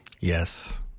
yes